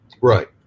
Right